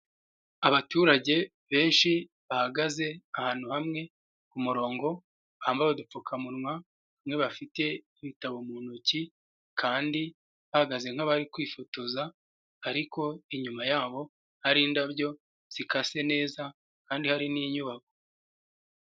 Abaturage benshi bahagaze ahantu hamwe ku murongo, bambaye udupfukamunwa, bamwe bafite ibitabo mu ntoki kandi bahagaze nk'abari kwifotoza ariko inyuma yaho hari indabyo zikase neza kandi hari n'inyubako.